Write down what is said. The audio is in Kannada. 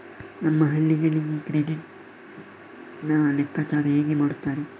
ನಮ್ಮ ಹಳ್ಳಿಗಳಲ್ಲಿ ಕ್ರೆಡಿಟ್ ನ ಲೆಕ್ಕಾಚಾರ ಹೇಗೆ ಮಾಡುತ್ತಾರೆ?